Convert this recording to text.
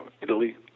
Italy